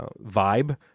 vibe